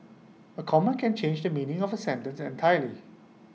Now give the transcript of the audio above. A comma can change the meaning of A sentence entirely